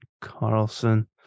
Carlson